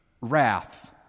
wrath